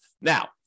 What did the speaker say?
Now